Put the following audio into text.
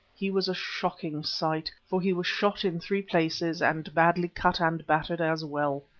he was a shocking sight, for he was shot in three places, and badly cut and battered as well.